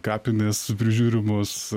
kapinės prižiūrimos